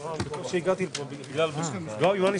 הישיבה ננעלה בשעה 14:10.